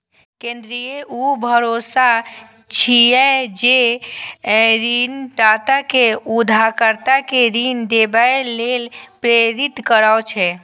credit ऊ भरोसा छियै, जे ऋणदाता कें उधारकर्ता कें ऋण देबय लेल प्रेरित करै छै